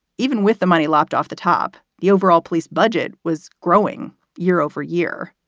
even with the money lopped off the top, the overall police budget was growing year over year.